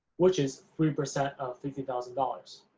which is three percent of fifty thousand dollars.